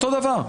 אותו דבר.